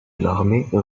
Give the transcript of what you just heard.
l’armée